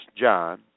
John